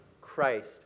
Christ